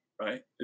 right